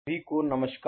सभी को नमस्कार